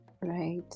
right